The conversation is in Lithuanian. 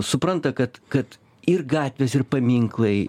supranta kad kad ir gatvės ir paminklai